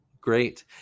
Great